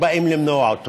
אפשרתי לך לדבר, אז זהו.